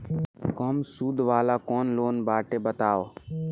कम सूद वाला कौन लोन बाटे बताव?